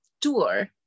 tour